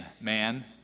man